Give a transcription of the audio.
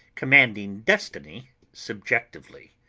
commanding destiny subjectively.